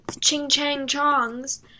ching-chang-chongs